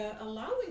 allowing